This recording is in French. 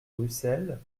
bruxelles